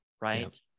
right